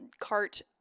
cart